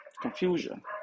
Confusion